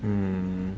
um